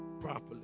properly